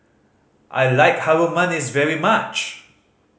I like Harum Manis very much